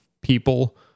people